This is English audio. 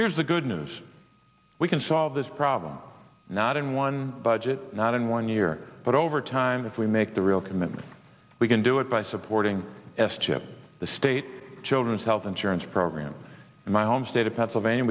here's the good news we can solve this problem not in one budget not in one year but over time if we make the real commitment we can do it by supporting s chip the state children's health insurance program in my home state of pennsylvania